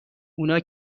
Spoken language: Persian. اونا